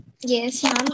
Yes